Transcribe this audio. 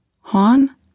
Han